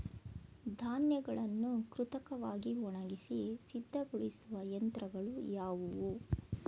ಧಾನ್ಯಗಳನ್ನು ಕೃತಕವಾಗಿ ಒಣಗಿಸಿ ಸಿದ್ದಗೊಳಿಸುವ ಯಂತ್ರಗಳು ಯಾವುವು?